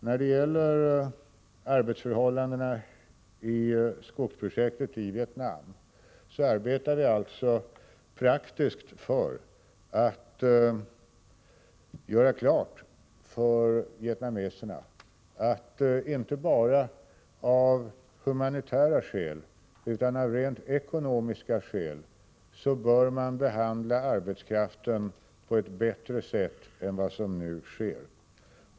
När det gäller arbetsförhållandena vid skogsprojektet i Vietnam arbetar vi praktiskt för att göra klart för vietnameserna att man inte bara av humanitära skäl utan också av rent ekonomiska skäl bör behandla arbetskraften på ett bättre sätt än vad som nu sker.